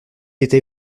était